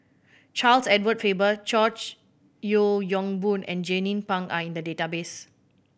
Charles Edward Faber George Yeo Yong Boon and Jernnine Pang are in the database